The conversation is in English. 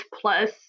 plus